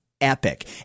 epic